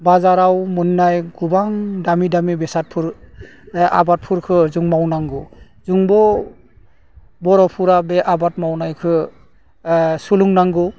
बाजाराव मोन्नाय गोबां दामि दामि बेसादफोर आबादफोरखौ जों मावनांगौ जोंबो बर'फोरा बे आबाद मावनायखौ सोलोंनांगौ